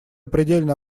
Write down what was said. предельно